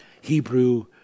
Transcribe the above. Hebrew